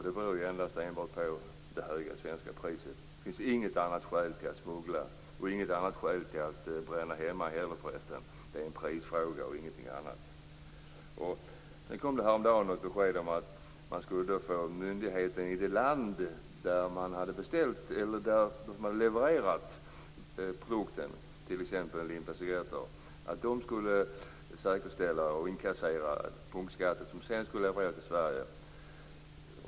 Det beror ju bara på de höga svenska priserna. Det finns inget annat skäl till att smuggla eller att bränna hemma. Det är en prisfråga och ingenting annat. Häromdagen kom det besked om att myndigheten i det land som hade levererat produkten, t.ex. en limpa cigarretter, skulle säkerställa och inkassera punktskatter som sedan skulle levereras till Sverige.